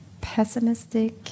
pessimistic